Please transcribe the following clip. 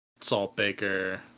saltbaker